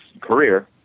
career